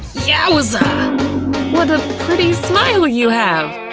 yeah yowza! what a pretty smile you have,